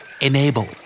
Enable